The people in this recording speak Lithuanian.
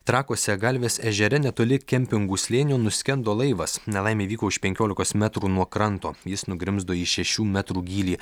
trakuose galvės ežere netoli kempingų slėnio nuskendo laivas nelaimė įvyko už penkiolikos metrų nuo kranto jis nugrimzdo į šešių metrų gylį